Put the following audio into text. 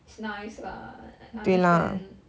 it's nice lah I understand